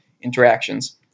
interactions